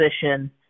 position